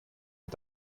dem